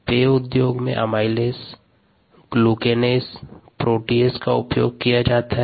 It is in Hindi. पेय उद्योग में एमाइलेज ग्लूकेनेस और प्रोटीयेज का उपयोग किया जाता है